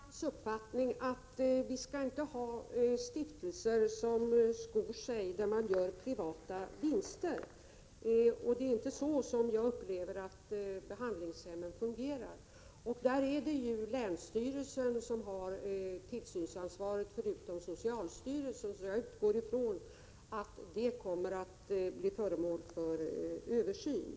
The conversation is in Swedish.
Herr talman! Jag delar Inga Lantz uppfattning att vi inte skall ha stiftelser där man skor sig och gör privata vinster, men jag upplever inte att det är så verksamheten vid behandlingshemmen fungerar. Förutom socialstyrelsen är det länsstyrelsen som har tillsynsansvaret i det här fallet. Jag utgår från att verksamheten kommer att bli föremål för översyn.